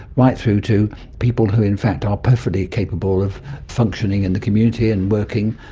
right through to people who in fact are perfectly capable of functioning in the community and working,